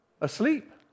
asleep